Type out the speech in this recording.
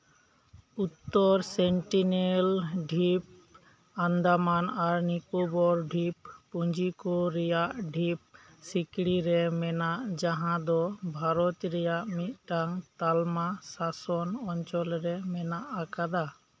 ᱩᱛᱛᱚᱨ Sentinel ᱰᱷᱤᱯ ᱟᱱᱫᱟᱢᱟᱱ ᱟᱨ ᱱᱤᱠᱚᱵᱚᱨ ᱰᱷᱤᱯ ᱯᱩᱸᱡᱤ ᱠᱩ ᱨᱮᱭᱟᱜ ᱰᱷᱤᱯ ᱥᱤᱠᱲᱤ ᱨᱮ ᱢᱮᱱᱟᱜ ᱡᱟᱦᱟᱸ ᱫᱚ ᱵᱷᱟᱨᱚᱛ ᱨᱮᱭᱟᱜ ᱢᱤᱫᱽᱴᱟᱝ ᱛᱟᱞᱢᱟ ᱥᱟᱥᱚᱱ ᱚᱧᱪᱚᱞ ᱨᱮ ᱢᱮᱱᱟᱜ ᱟᱠᱟᱫᱟ